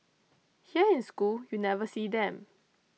here in school you never see them